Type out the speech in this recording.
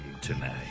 tonight